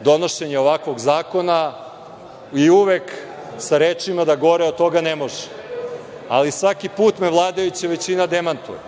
donošenje ovakvog zakona, i uvek sa rečima da gore od toga ne može. Svaki put me vladajuća većina demantuje.